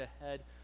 ahead